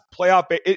playoff